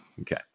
Okay